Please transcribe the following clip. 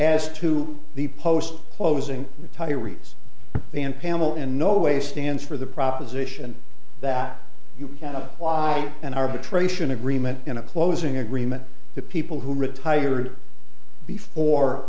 as to the post closing retiree's and pamela in no way stands for the proposition that you can apply an arbitration agreement in a closing agreement to people who retired before